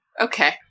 Okay